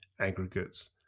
aggregates